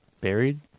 buried